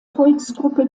volksgruppe